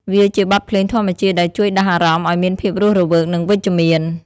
វាជាបទភ្លេងធម្មជាតិដែលជួយដាស់អារម្មណ៍ឱ្យមានភាពរស់រវើក និងវិជ្ជមាន។